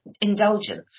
indulgence